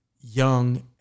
young